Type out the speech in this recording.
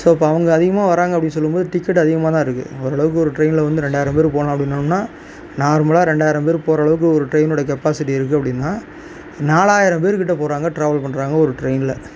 so அப்போ அவங்க அதிகமாக வராங்க அப்படின்னு சொல்லும்போது டிக்கெட் அதிகமாகதான் இருக்கு ஓரளவுக்கு ஒரு ட்ரெயினில் வந்து ரெண்டாயிரம் பேர் போகலாம் அப்படினோம்னா நார்மலாக ரெண்டாயிரம் பேர் போரளவுக்கு ஒரு ட்ரெயினோட கெப்பாஸிட்டி இருக்கு அப்படினா நாலாயிரம் பேர்க்கிட்ட போகறாங்க ட்ராவல் பண்ணுறாங்க ஒரு ட்ரெயினில்